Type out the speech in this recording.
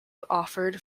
offered